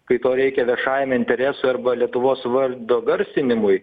kai to reikia viešajam interesui arba lietuvos vardo garsinimui